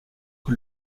que